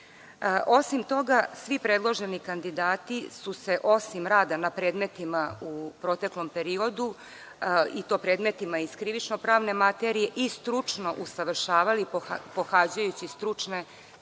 toga, svi predloženi kandidati su se osim rada na predmetima u proteklom periodu, i to predmetima iz krivično-pravne materije, i stručno usavršavali, pohađajući stručne seminare